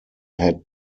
had